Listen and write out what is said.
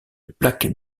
plaque